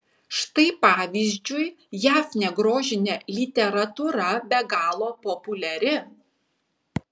štai pavyzdžiui jav negrožinė literatūra be galo populiari